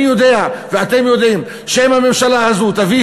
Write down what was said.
אני יודע ואתם יודעים שאם הממשלה הזו תביא